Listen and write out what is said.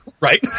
Right